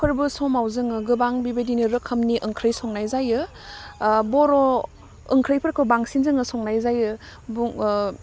फोरबो समाव जोङो गोबां बेबायदिनो रोखोमनि ओंख्रि संनाय जायो बर' ओंख्रिफोरखौ बांसिन जोङो संनाय जायो बुं